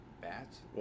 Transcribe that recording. Bats